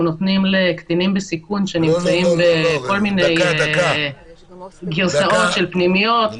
נותנים לקטינים בסיכון שנמצאים בכל מיני גרסאות של פנימיות,